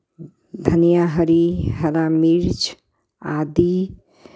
धनिया हरी हरा मिर्च आदि